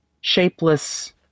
shapeless